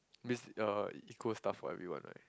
miss uh equal stuff for everyone right